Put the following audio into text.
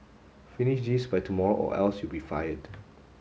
finish this by tomorrow or else you'll be fired